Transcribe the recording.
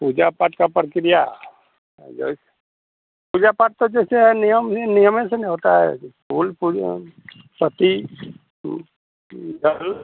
पूजा पाठ की प्रक्रिया जो है पूजा पाठ तो जैसे है नियम ही नियम से न होता है फूल पत्ती कि जल